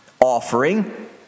offering